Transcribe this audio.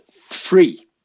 free